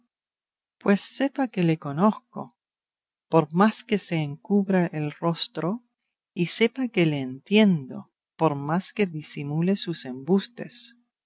pues sepa que le conozco por más que se encubra el rostro y sepa que le entiendo por más que disimule sus embustes